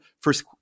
first